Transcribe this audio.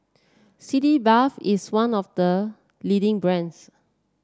Sitz Bath is one of the leading brands